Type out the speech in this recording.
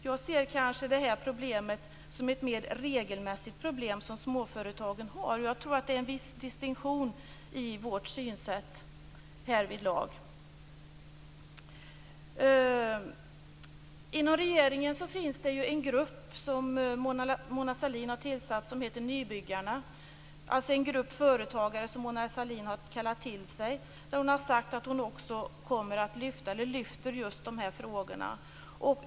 Jag ser kanske detta problem som ett mer regelmässigt problem som småföretagen har. Jag tror att det finns en viss distinktion mellan våra synsätt härvidlag. Inom regeringen finns det en grupp som Mona Sahlin har tillsatt och som heter Nybyggarna. Den består av en grupp företagare som Mona Sahlin har kallat till sig. Hon har sagt att man skall lyfta fram också dessa frågor.